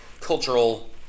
cultural